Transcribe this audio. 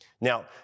Now